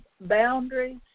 boundaries